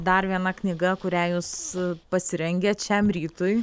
dar viena knyga kurią jūs pasirengėt šiam rytui